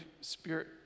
Spirit